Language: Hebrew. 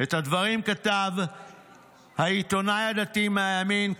את הדברים כתב העיתונאי הדתי מהימין,